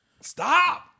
Stop